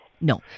No